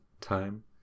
time